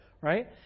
right